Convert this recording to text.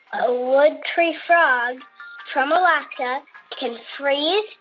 a wood tree frog from alaska can freeze,